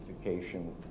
identification